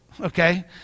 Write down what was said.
Okay